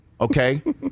Okay